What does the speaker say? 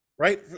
Right